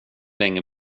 länge